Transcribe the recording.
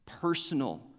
personal